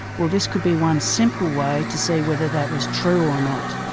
well this could be one simple way to see whether that was true or not,